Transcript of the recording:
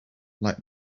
like